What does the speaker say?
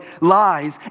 lies